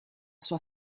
sua